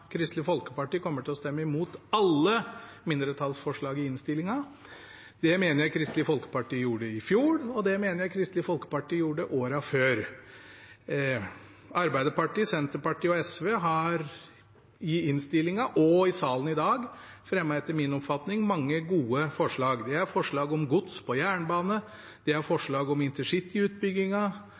Kristelig Folkeparti kommer til å stemme imot alle mindretallsforslagene i innstillingen. Det mener jeg Kristelig Folkeparti gjorde i fjor, og det mener jeg Kristelig Folkeparti gjorde årene før. Arbeiderpartiet, Senterpartiet og SV har i innstillingen og i salen i dag fremmet – etter min oppfatning – mange gode forslag. Det er forslag om gods på jernbane, det er forslag om